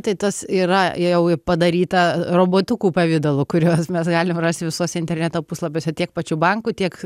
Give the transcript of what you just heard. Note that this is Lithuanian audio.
tai tas yra jau ir padaryta robotukų pavidalu kuriuos mes galim rasti visuose interneto puslapiuose tiek pačių bankų tiek